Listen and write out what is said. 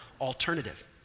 alternative